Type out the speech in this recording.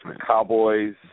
Cowboys